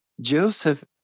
Joseph